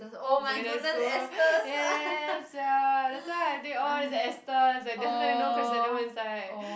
in secondary school yes sia that's why I think is all it's esters like definitely no chrysanthemum inside